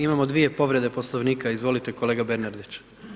Imamo dvije povrede Poslovnika, izvolite kolega Bernardić.